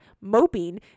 moping